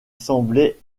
semblait